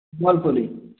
Sambalpuri